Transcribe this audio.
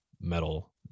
metal